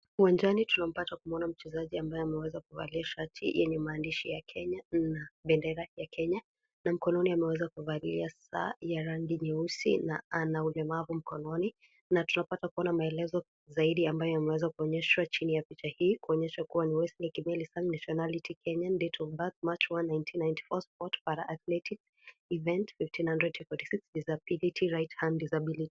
Uwanjani tunapata kumwona mchezaji ambaye ameweza kuvalia shati yenye maandishi ya Kenya na bandera ya Kenya na mkononi ameweza kuvalia saa ya rangi nyeusi na ana ulemavu mkononi na tunapa kuona maelezo zaidi ambayo yameweza kuonyeshwa chini ya picha hii kuonyesha kuwa ni Wesley Kimeli Sang, nationality Kenyan, date of birth march 1, 1994, sport parathletics, event 1500 to 46, disability right hand disability .